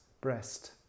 breast